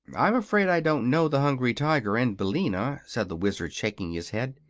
i'm afraid i don't know the hungry tiger and billina, said the wizard, shaking his head.